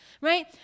right